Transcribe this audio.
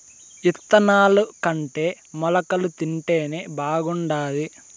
ఇత్తనాలుకంటే మొలకలు తింటేనే బాగుండాది